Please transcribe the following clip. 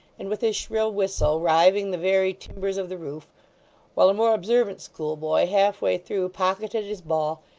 and with his shrill whistle riving the very timbers of the roof while a more observant schoolboy, half-way through, pocketed his ball,